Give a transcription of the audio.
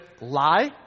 lie